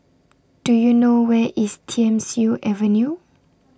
Do YOU know Where IS Thiam Siew Avenue